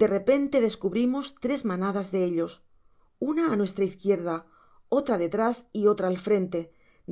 de repente descubrimos tres manadas de ellos una á nuestra izquierda otra detrás y otra al frente